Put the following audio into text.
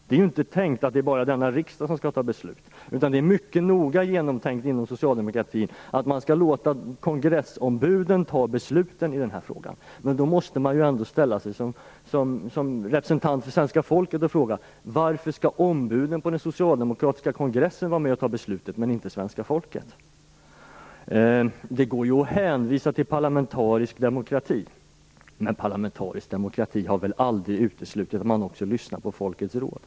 Det är ju inte tänkt att bara denna riksdag skall fatta beslut, utan det är mycket noga genomtänkt inom socialdemokratin att man skall låta kongressombuden fatta besluten i den här frågan. Men som representant för det svenska folket måste man fråga: Varför skall ombuden på den socialdemokratiska kongressen vara med och fatta beslutet men inte svenska folket? Det går ju att hänvisa till parlamentarisk demokrati, men parlamentarisk demokrati har väl aldrig uteslutit att man också lyssnar på folkets råd.